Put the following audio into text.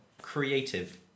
Creative